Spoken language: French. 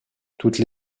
toutes